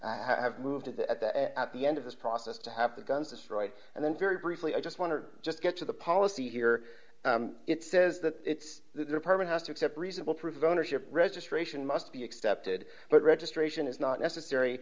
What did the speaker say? moved at that at the end of this process to have the guns destroyed and then very briefly i just want to just get to the policy here it says that it's the department has to accept reasonable proof of ownership registration must be accepted but registration is not necessary